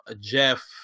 Jeff